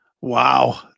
Wow